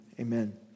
Amen